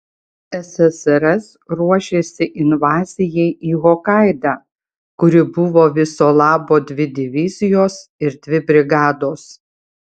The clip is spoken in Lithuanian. ssrs ruošėsi invazijai į hokaidą kuri buvo viso labo dvi divizijos ir dvi brigados